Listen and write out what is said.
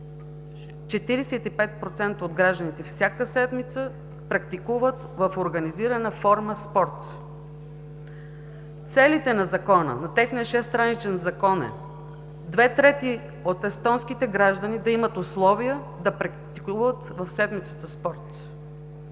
45% от гражданите практикуват в организирана форма спорт! Целите на Закона – на техния шестстраничен закон, е две трети от естонските граждани да имат условия да практикуват в седмицата спорт.